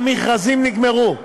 המכרזים נגמרו.